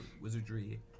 wizardry